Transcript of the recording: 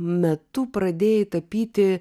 metu pradėjai tapyti